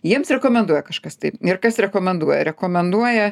jiems rekomenduoja kažkas tai ir kas rekomenduoja rekomenduoja